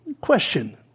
Question